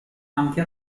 anche